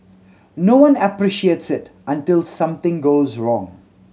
no one appreciates it until something goes wrong